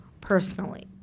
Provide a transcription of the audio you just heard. Personally